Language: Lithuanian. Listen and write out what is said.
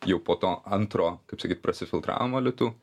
jau po to antro kaip sakyt prasifiltravimo litų